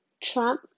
Trump